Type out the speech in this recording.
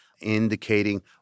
indicating